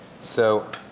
so